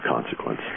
consequence